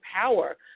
power